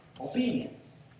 obedience